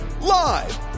live